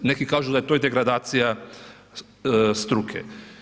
Neki kažu da je to i degradacija struke.